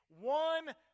One